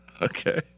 okay